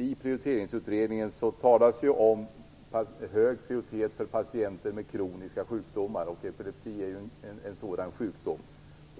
I Prioriteringsutredningen talas om hög prioritet för patienter med kroniska sjukdomar, och epilepsi är ju en sådan sjukdom.